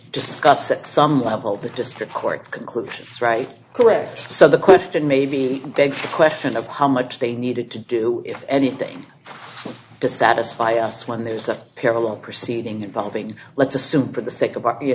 discuss at some level the descriptor court's conclusions right correct so the question maybe begs the question of how much they needed to do anything to satisfy us when there's a parallel proceeding involving let's assume for the sake of you